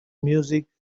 music